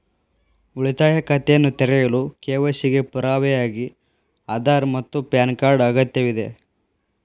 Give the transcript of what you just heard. ಉಳಿತಾಯ ಖಾತೆಯನ್ನು ತೆರೆಯಲು ಕೆ.ವೈ.ಸಿ ಗೆ ಪುರಾವೆಯಾಗಿ ಆಧಾರ್ ಮತ್ತು ಪ್ಯಾನ್ ಕಾರ್ಡ್ ಅಗತ್ಯವಿದೆ